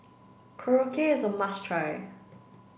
korokke is a must try